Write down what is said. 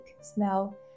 smell